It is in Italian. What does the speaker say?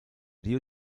rio